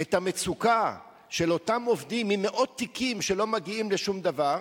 את המצוקה של אותם עובדים עם מאות תיקים שלא מגיעים לשום דבר.